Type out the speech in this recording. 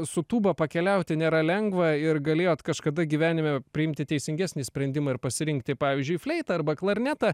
su tūba pakeliauti nėra lengva ir galėjot kažkada gyvenime priimti teisingesnį sprendimą ir pasirinkti pavyzdžiui fleitą arba klarnetą